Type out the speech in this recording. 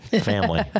family